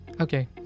okay